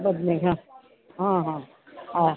ಬದ್ನೆ ಹಾಂ ಹಾಂ ಹಾಂ ಹಾಂ